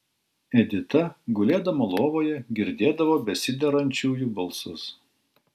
edita gulėdama lovoje girdėdavo besiderančiųjų balsus